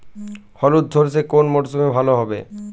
হলুদ সর্ষে কোন মরশুমে ভালো হবে?